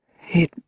It